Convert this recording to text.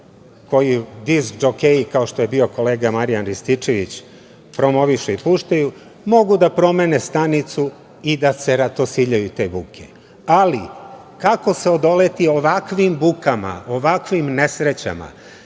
koju diskdžokeji, kao što je bio kolega Marijan Rističević, promovišu i puštaju, mogu da promene stanicu i da se ratosiljaju te buke. Ali, kako odoleti ovakvim bukama, ovakvim nesrećama? Šta